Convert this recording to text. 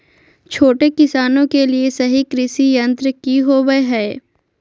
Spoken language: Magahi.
छोटे किसानों के लिए सही कृषि यंत्र कि होवय हैय?